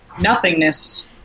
nothingness